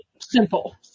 Simple